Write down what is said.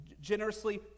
generously